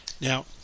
Now